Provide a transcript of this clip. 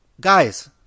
guys